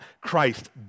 Christ